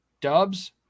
dubs